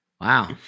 Wow